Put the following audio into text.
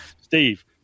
Steve